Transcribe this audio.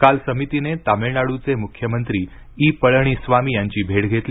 काल समितीने तामिळनाडूचे मुख्यमंत्री इ पळणीस्वामी यांची भेट घेतली